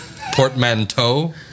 Portmanteau